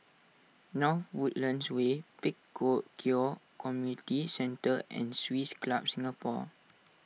North Woodlands Way Pek Kio Community Centre and Swiss Club Singapore